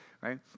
right